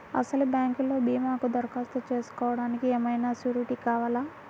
అసలు బ్యాంక్లో భీమాకు దరఖాస్తు చేసుకోవడానికి ఏమయినా సూరీటీ కావాలా?